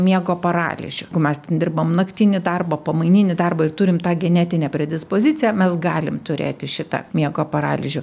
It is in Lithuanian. miego paralyžių jeigu mes ten dirbam naktinį darbą pamaininį darbą turim tą genetinę predispoziciją mes galim turėti šitą miego paralyžių